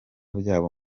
byabo